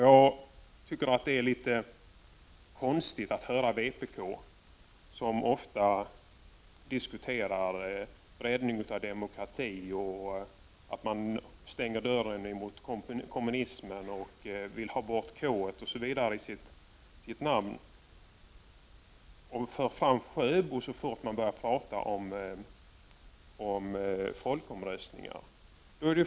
Jag tycker att det är litet konstigt att höra vpk, som ofta diskuterar att bredda demokratin, att stänga dörren för kommunismen och att ta bort k-et i sin partibeteckning, men som för fram Sjöbo så snart man börjar tala om folkomröstningar.